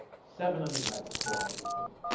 seven undergraduates co-authored this paper.